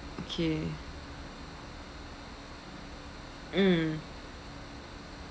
okay mm